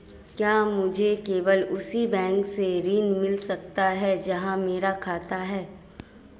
क्या मुझे केवल उसी बैंक से ऋण मिल सकता है जहां मेरा खाता है?